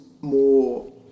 more